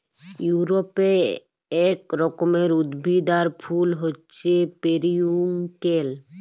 ইউরপে এক রকমের উদ্ভিদ আর ফুল হচ্যে পেরিউইঙ্কেল